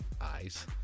eyes